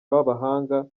b’abahanga